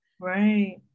right